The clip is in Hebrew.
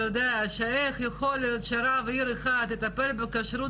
איך יכול להיות שרב עיר אחד יטפל בכשרות